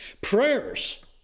Prayers